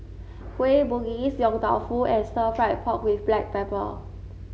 Kueh Bugis Yong Tau Foo and Stir Fried Pork with Black Pepper